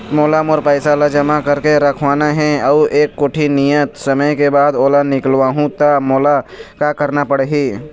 मोला मोर पैसा ला जमा करके रखवाना हे अऊ एक कोठी नियत समय के बाद ओला निकलवा हु ता मोला का करना पड़ही?